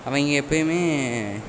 அவங்க எப்போயுமே